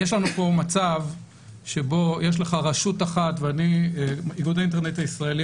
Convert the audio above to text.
יש לנו פה מצב שבו יש לך רשות אחת ואיגוד האינטרנט הישראלי